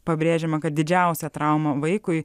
pabrėžiama kad didžiausia trauma vaikui